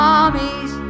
armies